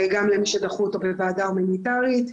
גם למי שדחו אותו בוועדה הומניטרית,